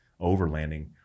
overlanding